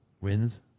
Wins